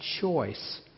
choice